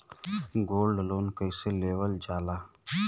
Gold loan कईसे लेवल जा ला?